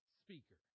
speaker